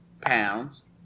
pounds